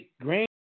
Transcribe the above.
great